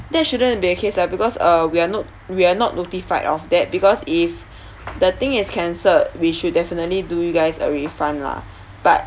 that shouldn't be a case ah because uh we are not we are not notified of that because if the thing is cancelled we should definitely do you guys a refund lah but